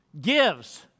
gives